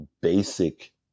basic